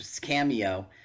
cameo